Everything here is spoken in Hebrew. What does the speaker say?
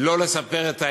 שלא לספר את האמת,